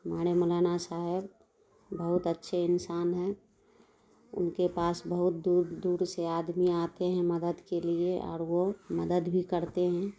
ہمارے مولانا صاحب بہت اچھے انسان ہیں ان کے پاس بہت دور دور سے آدمی آتے ہیں مدد کے لیے اور وہ مدد بھی کرتے ہیں